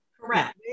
Correct